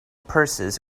purses